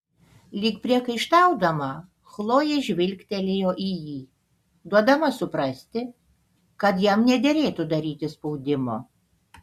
lyg priekaištaudama chlojė žvilgtelėjo į jį duodama suprasti kad jam nederėtų daryti spaudimo